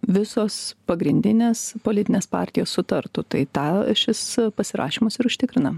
visos pagrindinės politinės partijos sutartų tai tą šis pasirašymas ir užtikrina